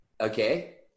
Okay